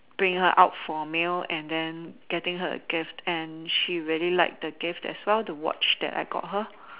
bring her out for a meal and then getting her a gift and she really liked the gift as well the watch that I bought her